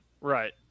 Right